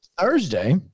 Thursday